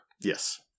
Yes